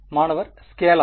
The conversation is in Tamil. மாணவர் ஸ்கேலார்